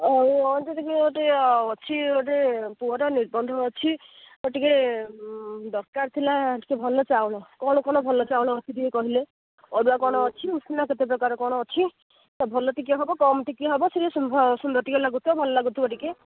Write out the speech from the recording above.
ଆଉ ଟିକେ ଟିକେ ଅଛି ଗୋଟେ ପୁଅର ନିର୍ବନ୍ଧ ଅଛି ଆଉ ଟିକେ ଦରକାର ଥିଲା ଟିକେ ଭଲ ଚାଉଳ କ'ଣ କ'ଣ ଭଲ ଚାଉଳ ଅଛି ଟିକେ କହିଲେ ଅରୁଆ କଣ ଅଛି ଉଷୁନା କେତେ ପ୍ରକାର କଣ ଅଛି ଭଲ ଟିକେ ହବ କମ୍ ଟିକେ ହବ ସୁନ୍ଦର ଟିକେ ଲାଗୁଥିବ ଭଲ ଲାଗୁଥିବ ଟିକେ